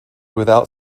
without